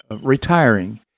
retiring